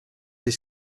his